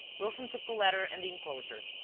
wilson took the letter and the enclosure.